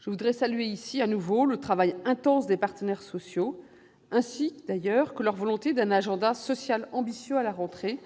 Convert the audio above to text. Je tiens à saluer de nouveau le travail intense des partenaires sociaux, ainsi que leur volonté d'un agenda social ambitieux à la rentrée ;